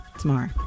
tomorrow